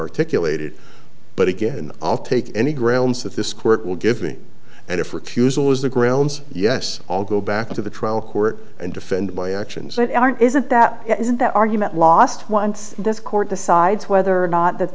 articulated but again i'll take any grounds that this court will give me and if refusal is the grounds yes i'll go back to the trial court and defend my actions that aren't isn't that isn't that argument lost once this court decides whether or not that